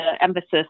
emphasis